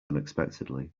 unexpectedly